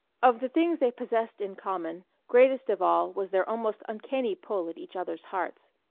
of the things they possessed in common, greatest of all was their almost uncanny pull at each other's hearts.